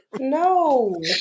No